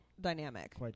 dynamic